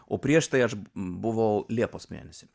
o prieš tai aš buvau liepos mėnesį